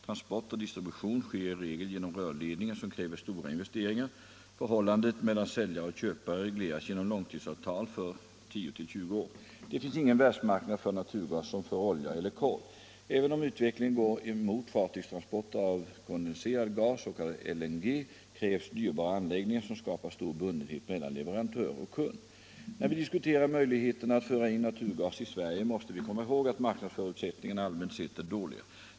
Transport och distribution sker i regel genom rörledningar som kräver stora investeringar. Förhållandet mellan säljare och köpare regleras genom Om hanteringen av långtidsavtal för 10 till 20 år. Det finns ingen världsmarknad för naturgas radioaktivt avfall, som för olja eller kol. Även om utvecklingen går mot fartygstransporter m.m. av kondenserad gas — s.k. LNG — krävs dyrbara anläggningar, som skapar stor bundenhet mellan leverantör och kund. När vi diskuterar möjligheterna att föra in naturgas i Sverige måste vi komma ihåg att marknadsförutsättningarna allmänt sett är dåliga.